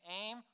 aim